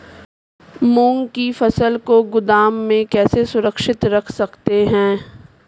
मूंग की फसल को गोदाम में कैसे सुरक्षित रख सकते हैं?